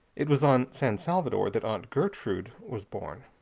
it was on san salvador that aunt gertrude was born.